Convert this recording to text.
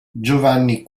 giovanni